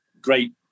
great